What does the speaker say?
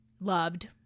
loved